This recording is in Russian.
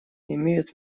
имеют